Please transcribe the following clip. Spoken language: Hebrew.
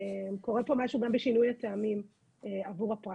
קורה פה משהו גם בשינוי הטעמים עבור הפרט.